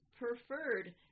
preferred